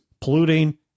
polluting